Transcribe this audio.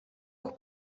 өгөх